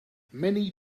many